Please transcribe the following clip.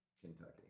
Kentucky